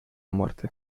muerte